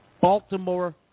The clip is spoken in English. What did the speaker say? Baltimore